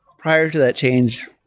prior to that change,